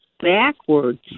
backwards